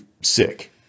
sick